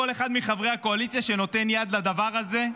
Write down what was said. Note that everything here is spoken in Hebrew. זה מה שקורה פה לכל אחד מחברי הקואליציה שנותן יד לדבר הזה,